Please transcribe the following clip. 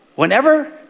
Whenever